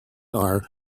are